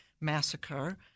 massacre